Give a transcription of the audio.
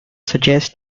suggests